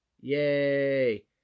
Yay